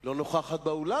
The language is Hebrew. לא נוכחת באולם.